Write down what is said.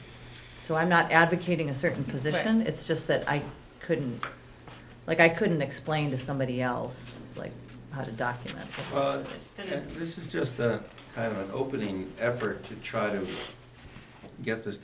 so i'm not advocating a certain position it's just that i couldn't like i couldn't explain to somebody else like how to document this is just the kind of opening effort to try to get this